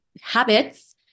habits